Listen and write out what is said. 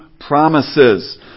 promises